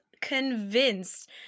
convinced